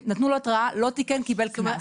נתנו לו התראה, לא תיקן, קיבל קנס.